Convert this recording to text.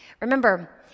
Remember